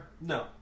No